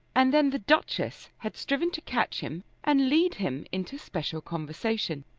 and then the duchess had striven to catch him, and lead him into special conversation.